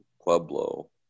Pueblo